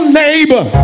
neighbor